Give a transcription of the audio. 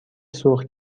سرخ